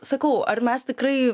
sakau ar mes tikrai